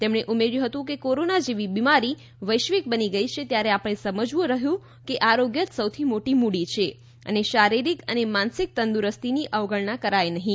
તેમણે ઉમેર્યું હતું કે કોરોના જેવી બીમારી વૈશ્વિક બની ગઈ ત્યારે આપણે સમજવું રહ્યું કે આરોગ્ય જ સૌથી મોટી મૂડી છે અને શારીરિક અને માનસિક તંદુરસ્તીની અવગણના કરાય નહીં